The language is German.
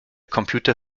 computer